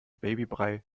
babybrei